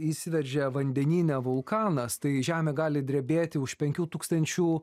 išsiveržia vandenyne vulkanas tai žemė gali drebėti už penkių tūkstančių